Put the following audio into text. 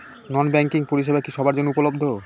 নন banking পরিষেবা কি সবার জন্য উপলব্ধ?